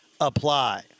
apply